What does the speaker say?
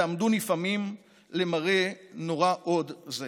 ועמדו נפעמים למראה נורא הוד זה.